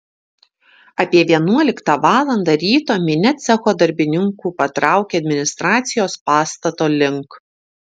apie vienuoliktą valandą ryto minia cecho darbininkų patraukė administracijos pastato link